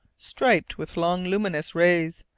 striped with long luminous rays,